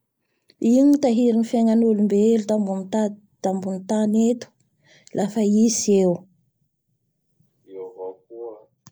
Io ny mitahiry ny fiagnan'olombelona tambony tady-tambony tany eto, lafa i tsy eo